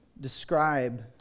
describe